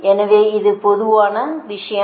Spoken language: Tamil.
எனவே இது பொதுவான விஷயம்